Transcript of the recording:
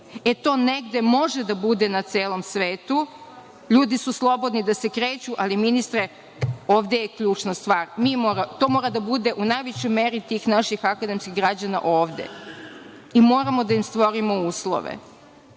E, to negde može da bude na celom svetu. Ljudi su slobodni da se kreću, ali ministre, ovde je ključna stvar, to mora da bude u najvećoj meri tih naših akademskih građana ovde. Moramo da im stvorimo uslove. Ja